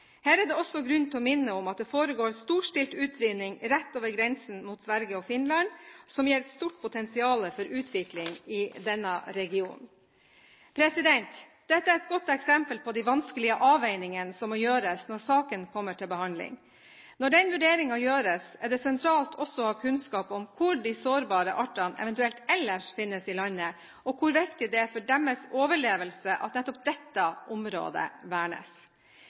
Her det også grunn til å minne om at det foregår storstilt utvinning rett over grensen mot Sverige og Finland, som gir et stort potensial for utvikling i denne regionen. Dette er et godt eksempel på de vanskelige avveiningene som må gjøres når saken kommer til behandling. Når den vurderingen gjøres, er det sentralt også å ha kunnskap om hvor de sårbare artene eventuelt ellers finnes i landet, og hvor viktig det er for deres overlevelse at nettopp dette området vernes.